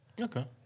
Okay